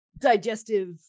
digestive